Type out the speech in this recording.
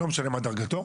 לא משנה מה דרגתו,